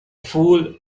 fool